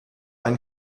ein